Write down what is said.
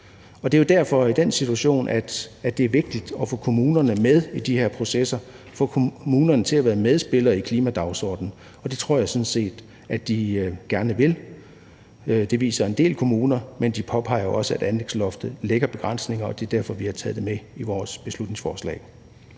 den situation, at det er vigtigt at få kommunerne med i de her processer, at få kommunerne til at være medspillere i på klimadagsordenen. Det tror jeg sådan set at de gerne vil. Det viser en del kommuner, men de påpeger jo også, at anlægsloftet lægger begrænsninger, og det er derfor, vi har taget det med i vores beslutningsforslag.